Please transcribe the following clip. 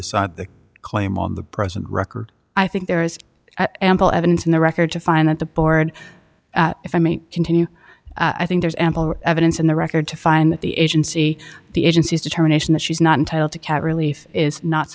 decide the claim on the present record i think there is ample evidence in the record to find that the board if i may continue i think there's ample evidence in the record to find that the agency the agencies determination that she's not entitled to cat relief is not